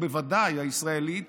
ובוודאי הישראלית,